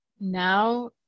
now